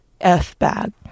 F-Bag